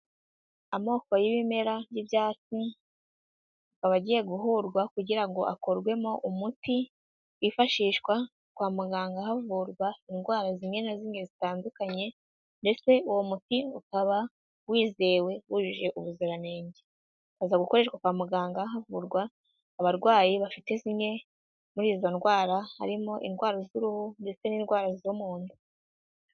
Amoko y'ibimera by'ibyatsi, akaba agiye guhuzwa kugira ngo hakurwemo umuti wifashishwa kwa muganga havurwa indwara zimwe na zimwe zitandukanye, ndetse uwo muti ukaba wizewe wujuje ubuziranenge, ukaza gukoreshwa kwa muganga havurwa abarwayi bafite zimwe muri izo ndwara harimo indwara z'uruhu ndetse n'indwara zo mu nda.